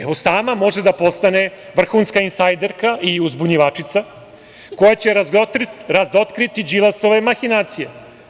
Evo, sama može da postane vrhunska insajderka i uzbunjivačica koja će razotkriti Đilasove mahinacije.